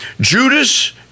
Judas